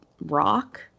rock